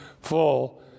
full